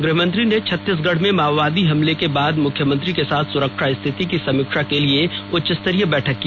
गृहमंत्री ने छत्तीसगढ में माओवादी हमले के बाद मुख्यमंत्री के साथ सुरक्षा स्थिति की समीक्षा के लिए उच्चस्तरीय बैठक की